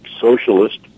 socialist